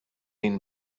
been